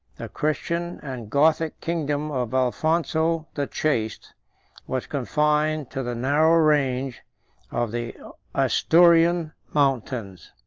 the christian and gothic kingdom of alphonso the chaste was confined to the narrow range of the asturian mountains.